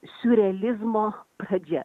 siurrealizmo pradžia